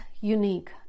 unique